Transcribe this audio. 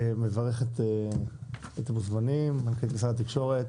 מברך את המוזמנים, מנכ"לית משרד התקשורת